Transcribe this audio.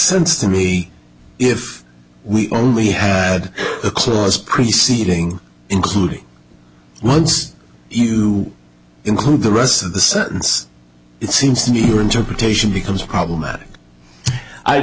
sense to me if we only had a clause preceding including once you include the rest of the sentence it seems to me your interpretation becomes problem